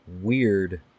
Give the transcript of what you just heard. weird